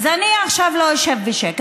אז אני עכשיו לא אשב בשקט.